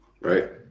Right